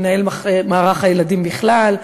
מנהל מערך הילדים בכלל,